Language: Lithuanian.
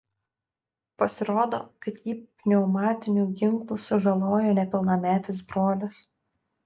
pasirodo kad jį pneumatiniu ginklu sužalojo nepilnametis brolis